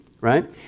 right